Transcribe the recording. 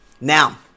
Now